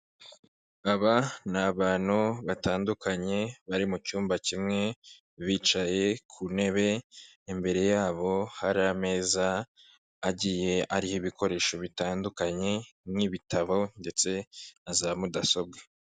Aba ni abantu batandukanye bari mu cyumba kimwe, bicaye ku ntebe, imbere yabo hari ameza agiye ariho ibikoresho bitandukanye nk'ibitabo ndetse na za mudasobwa.